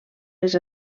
les